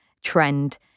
trend